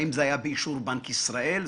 האם זה היה באישור בנק ישראל?